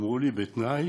אמרו לי: בתנאי